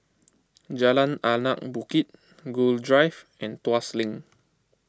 Jalan Anak Bukit Gul Drive and Tuas Link